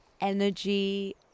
energy